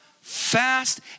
fast